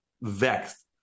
vexed